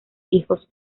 hijos